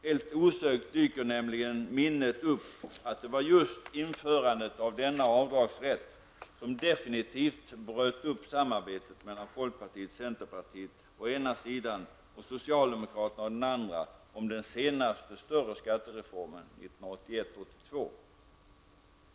Helt osökt dyker nämligen i minnet upp att det var just införandet av denna avdragsrätt som definitivt bröt upp samarbetet mellan folkpartietcenterpartiet å ena sidan och socialdemokraterna å den andra sidan om den senaste större skattereformen, 1981/82.